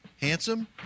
handsome